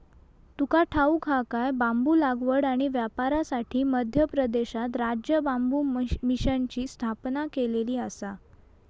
तुका ठाऊक हा काय?, बांबू लागवड आणि व्यापारासाठी मध्य प्रदेशात राज्य बांबू मिशनची स्थापना केलेली आसा